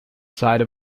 side